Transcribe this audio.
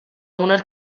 unes